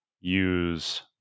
use